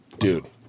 Dude